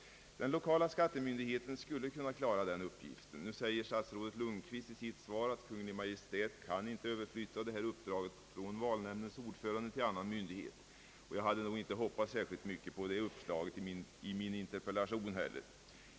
Den lokala skattemyndigheten skulle kunna klara den uppgiften. Nu säger statsrådet Lundkvist i sitt svar att Kungl. Maj:t inte kan överflytta detta uppdrag från valnämndens ordförande till annan myndighet, och jag hade nog inte heller hoppats särskilt mycket på det uppslaget i min interpellation.